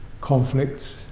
conflicts